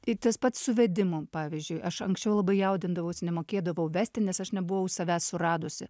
tai tas pats su vedimum pavyzdžiui aš anksčiau labai jaudindavausi nemokėdavau vesti nes aš nebuvau savęs suradusi